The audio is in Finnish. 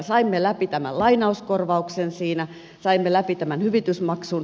saimme läpi tämän lainauskorvauksen siinä saimme läpi tämän hyvitysmaksun